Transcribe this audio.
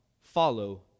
follow